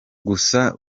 gusa